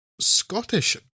Scottish